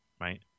right